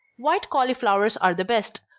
white cauliflowers are the best.